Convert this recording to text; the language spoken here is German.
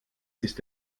ist